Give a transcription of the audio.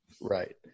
Right